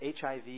HIV